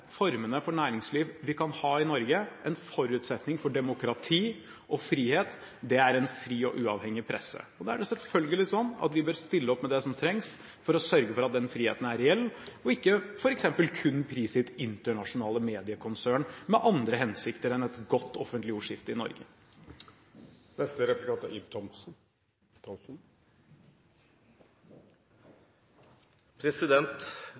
formene for næringsliv vi kan ha i Norge, en forutsetning for demokrati og frihet, er en fri og uavhengig presse. Da er det selvfølgelig sånn at vi bør stille opp med det som trengs for å sørge for at den friheten er reell og ikke f.eks. kun prisgitt internasjonale mediekonsern med andre hensikter enn et godt offentlig ordskifte i Norge.